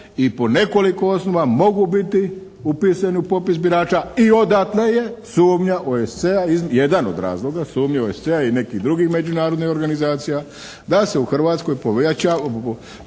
i po nekoliko osnova mogu biti upisani u popis birača i odatle je sumnja OESC-a, jedan od razloga sumnja OESC-a i nekih drugih međunarodnih organizacija, da se u Hrvatskoj pojavljuje